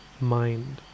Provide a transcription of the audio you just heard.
mind